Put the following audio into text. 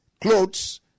clothes